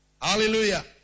Hallelujah